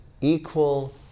equal